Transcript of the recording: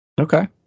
Okay